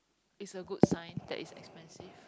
it's a good sign that it's expensive